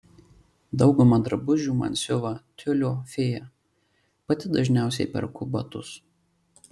daugumą drabužių man siuva tiulio fėja pati dažniausiai perku batus